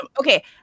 okay